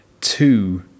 two